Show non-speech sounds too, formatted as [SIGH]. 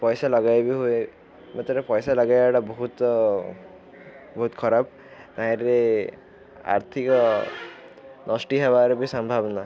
ପଇସା ଲଗାଇବି ହୁଏ [UNINTELLIGIBLE] ପଇସା ଲଗେଇବାଟା ବହୁତ ବହୁତ ଖରାପ ତାହିଁରେ ଆର୍ଥିକ ନଷ୍ଟ ହେବାରେ ବି ସମ୍ଭାବନା